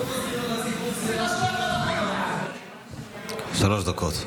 בבקשה, שלוש דקות.